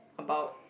about